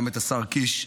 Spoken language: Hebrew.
גם את השר קיש,